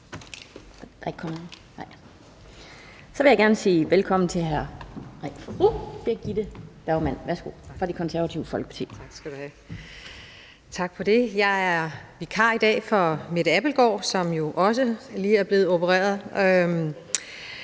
Jeg er vikar i dag for Mette Abildgaard, som også lige er blevet opereret.